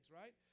right